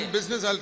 business